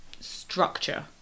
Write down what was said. structure